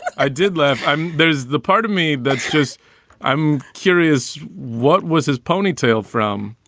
i did laugh. i'm there's the part of me that's just i'm curious. what was his ponytail from